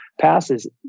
passes